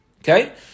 Okay